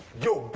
you